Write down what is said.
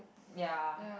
ya